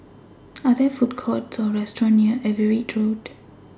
Are There Food Courts Or restaurants near Everitt Road